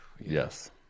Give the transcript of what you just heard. Yes